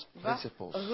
principles